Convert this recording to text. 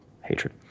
hatred